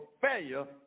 failure